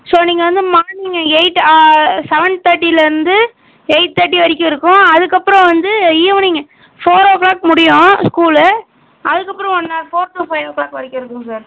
so நீங்கள் வந்து morning eight seven தேர்ட்டிலேருந்து எயிட் தேர்ட்டி வரைக்கும் இருக்கும் அதற்கப்பறம் வந்து ஈவ்னிங் ஃபோர் ஓ க்ளாக் முடியும் ஸ்கூலு அதற்கப்பறம் one hour four to five o'clock வரைக்கும் இருக்கும் சார்